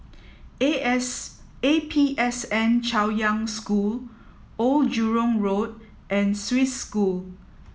A S A P S N Chaoyang School Old Jurong Road and Swiss School